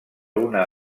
una